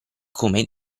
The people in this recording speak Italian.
come